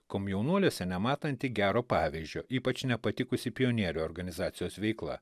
komjaunuoliuose nematanti gero pavyzdžio ypač nepatikusi pionierių organizacijos veikla